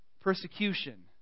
Persecution